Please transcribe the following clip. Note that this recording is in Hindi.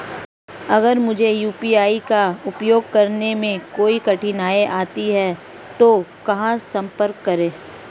अगर मुझे यू.पी.आई का उपयोग करने में कोई कठिनाई आती है तो कहां संपर्क करें?